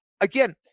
again